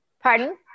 Pardon